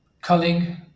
culling